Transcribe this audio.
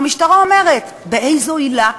המשטרה אומרת: באיזו עילה?